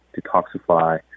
detoxify